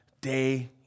day